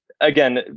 again